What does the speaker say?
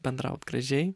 bendraut gražiai